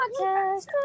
Podcast